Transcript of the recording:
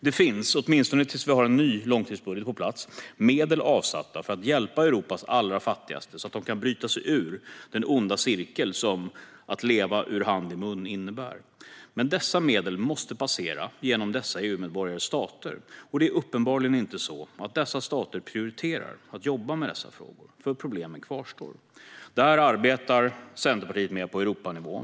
Det finns, åtminstone tills vi har en ny långtidsbudget på plats, medel avsatta för att hjälpa Europas allra fattigaste så att de kan bryta sig ur den onda cirkel som det innebär att leva ur hand i mun. De medlen måste dock passera genom dessa EU-medborgares stater. Det är uppenbarligen inte så att de staterna prioriterar att jobba med dessa frågor, för problemen kvarstår. Detta arbetar Centerpartiet med på Europanivå.